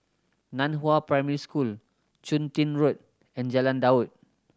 Nan Hua Primary School Chun Tin Road and Jalan Daud